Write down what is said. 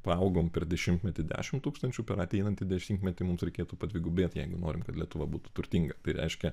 paaugom per dešimtmetį dešimt tūkstančių per ateinantį dešimtmetį mums reikėtų padvigubėt jeigu norim kad lietuva būtų turtinga tai reiškia